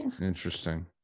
interesting